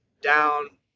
down